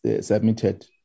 submitted